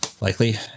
likely